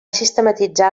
sistematitzar